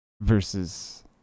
versus